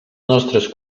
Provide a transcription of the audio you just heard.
nostres